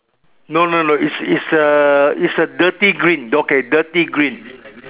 no no no is is a is a dirty green okay dirty green